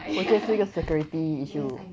我觉得是一个 security issue